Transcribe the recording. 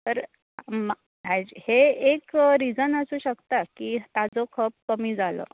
तर हे एक रिजन आसूं शकतां की ताचो खप कमी जालो